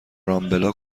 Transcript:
رامبلا